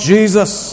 Jesus